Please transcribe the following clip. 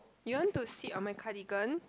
you want to sit on my cardigan